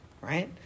right